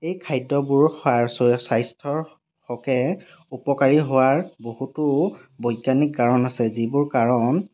এই খাদ্য়বোৰ স্বাস্থ্য়ৰ হকে উপকাৰী হোৱাৰ বহুতো বৈজ্ঞানিক কাৰণ আছে যিবোৰ কাৰণ